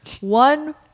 one